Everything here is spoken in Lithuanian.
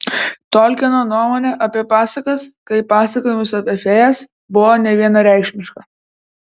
tolkieno nuomonė apie pasakas kaip pasakojimus apie fėjas buvo nevienareikšmiška